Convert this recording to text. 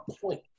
point